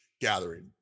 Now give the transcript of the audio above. gathering